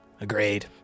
Agreed